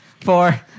four